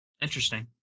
Interesting